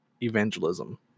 evangelism